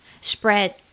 spread